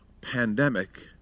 pandemic